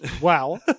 Wow